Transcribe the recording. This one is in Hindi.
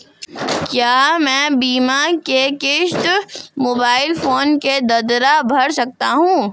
क्या मैं बीमा की किश्त मोबाइल फोन के द्वारा भर सकता हूं?